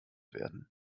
werden